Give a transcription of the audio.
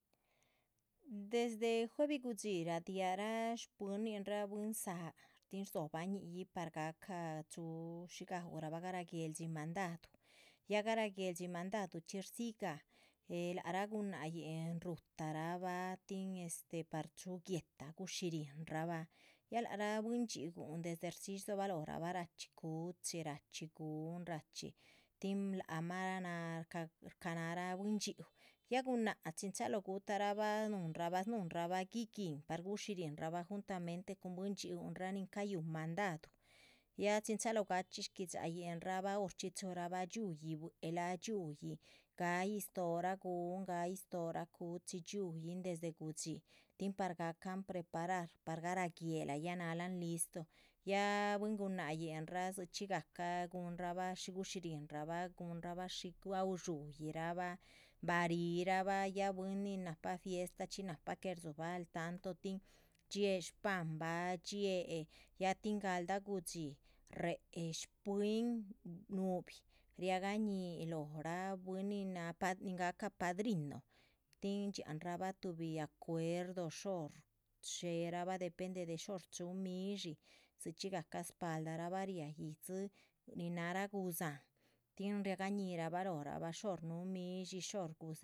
Desde juevi gudxí radiáhara shpuininraa bwín záa tin rdzóhobah ñí´yic par gahca chúhu shí gaúrabah garáh guéhl mandadu, ya garáh guéhl dxí mandadu. rdzíyih gáh eh lác rah gunáhyin, rúhutarabah tin este par chúhu guéhtah, shírinrabah ya lác rah bwín ndxhíun desde rdzíyih rdzohobalorabah. ráchxi cuchi rachxí gun rachxí tin lác mah náha shca shcanahara bwín dxhíu, ya gunáhc chin chalóho gutáharabah núhunrabah snúhunrabah guíguihn par. gushírihinrabah juntamente cun bwín ndxhíunraa nin cayúhun mandadu ya chin chalóho gachxí shgui´dxa yin rabah horchxí chúhurabah. dxíuyih buehla dxíuyih, gáhayih stóhora gun gáyih stóhora cuchi dxíuyihn desde gudxí tin par gahcan preparar, par garáh guéhlayi, náhalan listu. ya bwín gunáhyinraa dzichxí gahcah guhunrabah shí gushirihinrabah guhinrabah shí gaú dxúhirabah bah ríhirabah, ya bwín nin nahpa fiestachxí nahpa. que rdzúhubah al tanto tin dxíehe shpahanbah dxiéhe ya tin galdah gudxí réhe shpuhin núhubi riagah ñíhi lohoraa bwín nin náha nin gahca padrino, tin dxiáhanrabah tuhbi acuerdo shóhor chéheerabah depende de shóhor chúhu midshí dzichxpi gahca spahaldarabah riáha yíhdzi nin náhara gudzáhan. tin riagah ñíhirabah lóhorabah shór núhu midshí shóhor gu